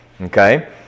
Okay